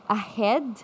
ahead